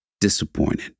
disappointed